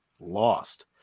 lost